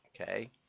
Okay